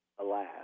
Alas